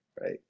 right